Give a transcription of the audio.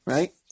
Right